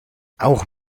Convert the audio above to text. auch